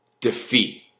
defeat